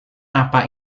apa